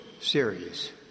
series